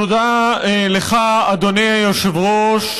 תודה לך, אדוני היושב-ראש.